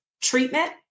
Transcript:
treatment